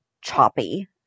choppy